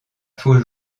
faux